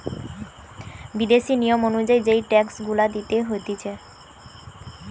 বিদেশি নিয়ম অনুযায়ী যেই ট্যাক্স গুলা দিতে হতিছে